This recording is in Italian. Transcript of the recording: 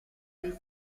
dei